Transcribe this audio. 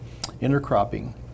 intercropping